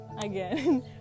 again